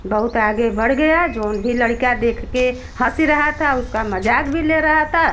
बहुत आगे बढ़ गया जौन भी लड़िका देख के हंस रहा था उसका मज़ाक भी ले रहा था